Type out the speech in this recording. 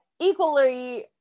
equally